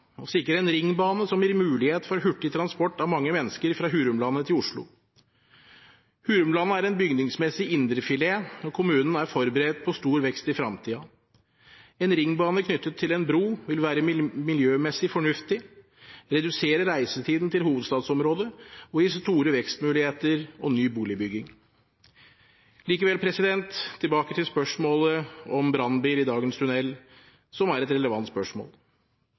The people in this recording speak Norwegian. sikre en ringbane som gir mulighet for hurtig transport av mange mennesker fra Hurumlandet til Oslo. Hurumlandet er en bygningsmessig indrefilet, og kommunen er forberedt på stor vekst i fremtiden. En ringbane knyttet til en bro vil være miljømessig fornuftig, redusere reisetiden til hovedstadsområdet og gi store vekstmuligheter og ny boligbygging. Tilbake til spørsmålet om brannbil i dagens tunnel, som er et relevant spørsmål.